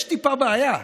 יש טיפה בעיה: